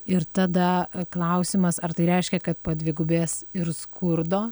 ir tada klausimas ar tai reiškia kad padvigubės ir skurdo